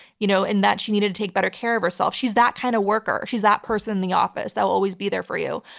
you know and that she needed to take better care of herself. she's that kind of worker, she's that person in the office that will always be there for you,